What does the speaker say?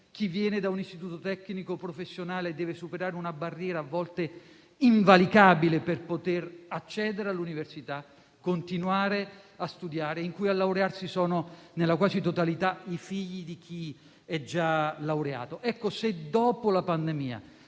chi viene da un istituto tecnico professionale deve superare una barriera a volte invalicabile per poter accedere all'università e continuare a studiare e a laurearsi sono nella quasi totalità i figli di chi è già laureato. Ecco, se dopo la pandemia